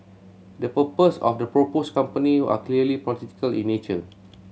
the purposes of the proposed company are clearly political in nature